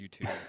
YouTube